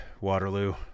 Waterloo